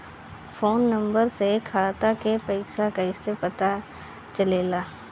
Phone number से खाता के पइसा कईसे पता चलेला?